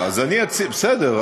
בסדר-היום, בסדר.